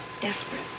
Desperate